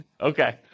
Okay